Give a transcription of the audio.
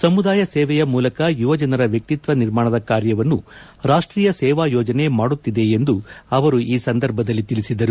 ಸಮುದಾಯ ಸೇವೆಯ ಮೂಲಕ ಯುವ ಜನರ ವ್ಯಕ್ತಿಕ್ವ ನಿರ್ಮಾಣದ ಕಾರ್ಕವನ್ನು ರಾಷ್ಟೀಯ ಸೇವಾ ಯೋಜನೆ ಮಾಡುತ್ತಿದೆ ಎಂದು ಅವರು ಈ ಸಂದರ್ಭದಲ್ಲಿ ಹೇಳಿದರು